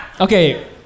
Okay